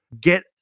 Get